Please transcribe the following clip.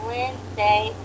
Wednesday